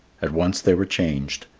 at once they were changed.